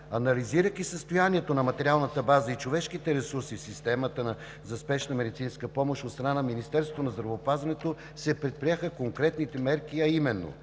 Анализирайки състоянието на материалната база и човешките ресурси в системата за спешна медицинска помощ от страна на Министерството на здравеопазването, се предприеха конкретни мерки, а именно: